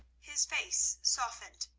his face softened.